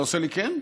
אתה עושה לי "כן"?